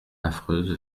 affreuse